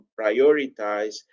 prioritize